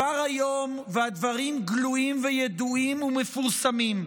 הדברים גלויים וידועים ומפורסמים,